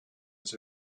has